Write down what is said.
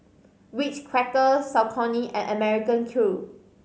Ritz Crackers Saucony and American Crew